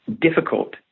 difficult